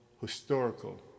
historical